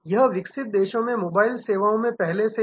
यह विकसित देशों में मोबाइल सेवाओं में होता है पहले से ही